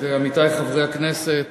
עמיתי חברי הכנסת,